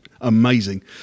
amazing